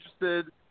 interested